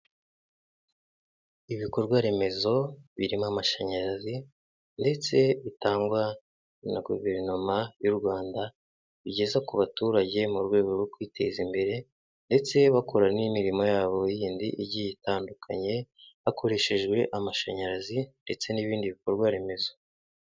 Ibikorwa Remezo birimo amashanyarazi ndetse bitangwa na Guverinoma y'u Rwanda, igeza ku baturage mu rwego rwo kwiteza imbere, ndetse bakora n'imirimo yabo yindi igiye itandukanye, hakoreshejwe amashanyarazi ndetse n'ibindi bikorwa Remezo.